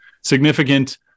significant